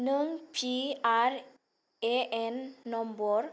नों P R A N number